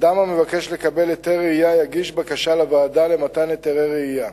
אדם המבקש לקבל היתר רעייה יגיש בקשה לוועדה למתן היתרי רעייה.